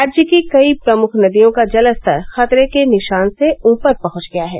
राज्य की कई प्रमुख नदियों का जलस्तर खतरे के निशान से ऊपर पहुंच गया है